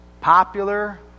popular